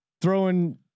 throwing